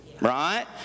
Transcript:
right